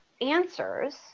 answers